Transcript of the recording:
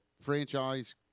franchise